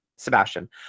Sebastian